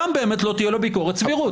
שם באמת לא תהיה לו ביקורת סבירות.